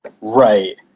Right